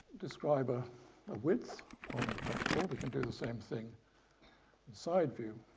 describe a ah width on the back wall, we can do the same thing side view.